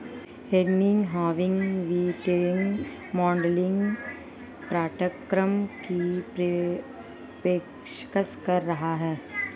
Henry Harvin वित्तीय modelling पाठ्यक्रम की पेशकश कर रहा हैं